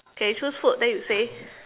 okay choose food then you say